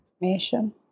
information